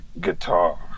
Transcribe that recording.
guitar